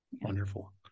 Wonderful